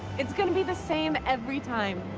it's gonna be the same every time.